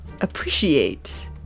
appreciate